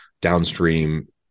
downstream